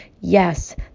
Yes